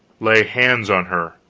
lay hands on her!